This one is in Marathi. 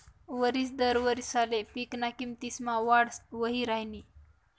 वरिस दर वारिसले पिकना किमतीसमा वाढ वही राहिनी